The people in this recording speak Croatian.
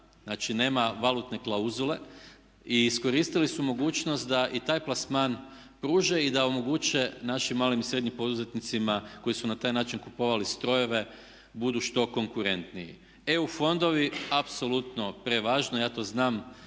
znači nema valutne klauzule. I iskoristili su mogućnost da i taj plasman pruže i da omoguće našim malim i srednjim poduzetnicima koji su na taj način kupovali strojeve budu što konkurentniji. EU fondovi apsolutno prevažno, ja to znam,